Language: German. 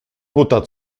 butter